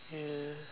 ya